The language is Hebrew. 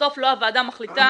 בסוף לא הוועדה מחליטה.